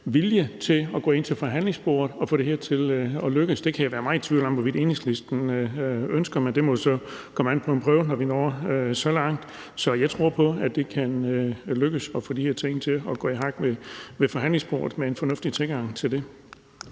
vilje til at gå ind til forhandlingsbordet og få det her til at lykkes. Det kan jeg være meget i tvivl om hvorvidt Enhedslisten ønsker, men det må så komme an på en prøve, når vi når så langt. Så jeg tror på, det kan lykkes at få de her ting til at gå i hak ved forhandlingsbordet med en fornuftig tilgang til det.